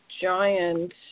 giant